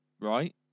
Right